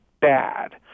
bad